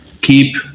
keep